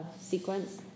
sequence